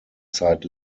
zeit